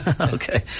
Okay